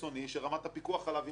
שרמת הפיקוח עליו היא מסוימת.